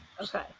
Okay